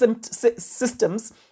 systems